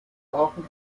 aachen